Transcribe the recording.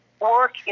work